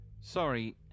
Sorry